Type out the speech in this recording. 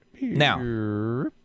Now